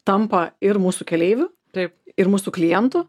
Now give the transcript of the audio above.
tampa ir mūsų keleiviu ir mūsų klientu